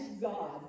God